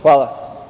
Hvala.